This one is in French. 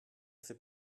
fait